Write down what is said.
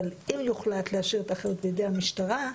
אבל אם יוחלט להשאיר את האחריות בידי המשטרה,